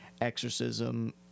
exorcism